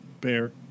Bear